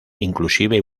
inclusive